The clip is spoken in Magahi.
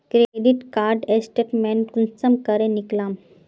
क्रेडिट कार्ड स्टेटमेंट कुंसम करे निकलाम?